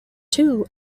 two